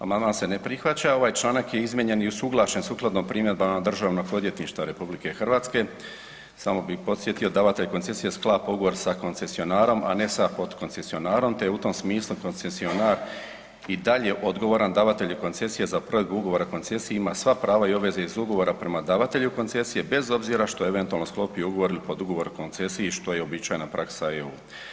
Amandman se ne prihvaća ovaj članak je izmijenjen i usuglašen sukladno primjedbama Državnog odvjetništva RH samo bi podsjetio, davatelj koncesije sklapa ugovor sa koncesionarom, a ne sa potkoncesionarom te je u tom smislu koncesionar i dalje odgovoran davatelju koncesije za provedbu ugovora o koncesiji i ima sva prava i obveze iz ugovora prema davatelju koncesije bez obzira što je eventualno sklopio ugovor ili podugovor o koncesiji što je uobičajena praksa u EU.